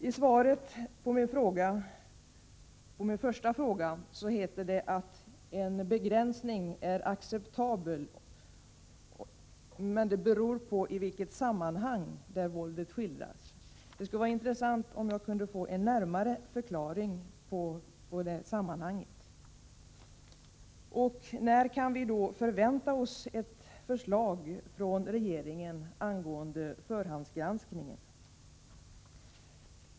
I svaret på min första fråga heter det: ”Huruvida en sådan begränsning är acceptabel eller ej beror bl.a. på det sammanhang där våldet skildras.” — Det skulle vara intressant att få en närmare förklaring till i vilka sammanhang en begränsning kan accepteras. När kan vi förvänta oss ett förslag från regeringen om förhandsgranskning?